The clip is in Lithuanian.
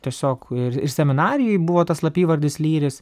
tiesiog ir ir seminarijoj buvo tas slapyvardis lyris